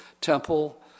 temple